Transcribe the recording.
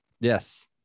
Yes